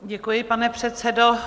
Děkuji, pane předsedo.